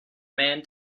man